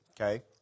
okay